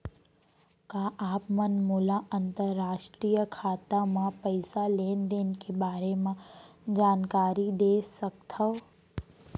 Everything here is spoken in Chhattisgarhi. का आप मन मोला अंतरराष्ट्रीय खाता म पइसा लेन देन के बारे म जानकारी दे सकथव?